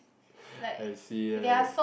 I see